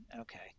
okay